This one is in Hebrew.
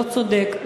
לא צודק,